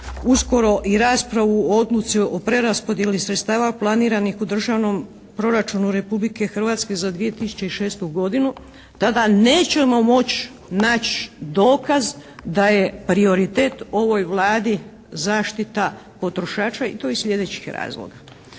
uskoro o raspravu o odluci o preraspodjeli sredstava planiranih u državnom proračunu Republike Hrvatske za 2006. godinu, tada nećemo moći naći dokaz da je prioritet ovoj Vladi zaštita potrošača i to iz sljedećih razloga.